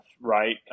right